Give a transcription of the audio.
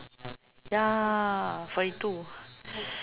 ya forty two